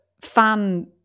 fan